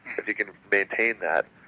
if you can maintain that,